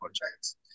projects